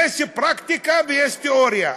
יש פרקטיקה ויש תיאוריה,